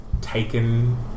taken